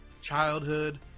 Childhood